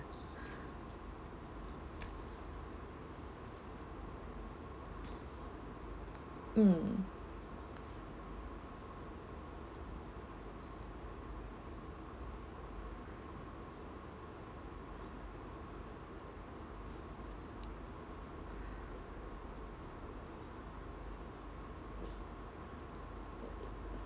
mm